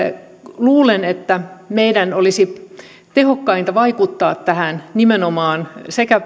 luulen että meidän olisi tehokkainta vaikuttaa nimenomaan tähän sekä